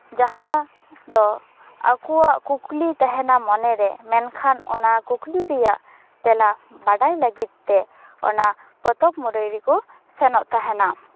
ᱡᱟᱦᱟᱸ ᱫᱚ ᱟᱠᱚᱣᱟᱜ ᱠᱩᱠᱞᱤ ᱛᱟᱦᱮᱱᱟ ᱢᱚᱱᱮᱨᱮ ᱢᱮᱱᱠᱷᱟᱱ ᱚᱱᱟ ᱠᱩᱠᱞᱤ ᱨᱮᱭᱟᱜ ᱛᱮᱞᱟ ᱵᱟᱰᱟᱭ ᱞᱟᱹᱜᱤᱫ ᱛᱮ ᱚᱱᱟ ᱯᱚᱛᱚᱵ ᱢᱩᱨᱟᱹᱭ ᱨᱮᱠᱚ ᱥᱮᱱᱚᱜ ᱛᱟᱦᱮᱱᱟ